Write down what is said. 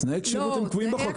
תנאי כשירות קבועים בחוק,